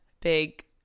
big